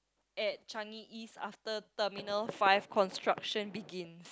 at Changi-East after terminal five construction begin